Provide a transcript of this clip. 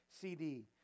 CD